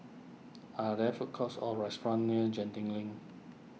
are there food courts or restaurants near Genting Link